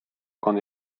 con